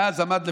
ואז עמד לפניי,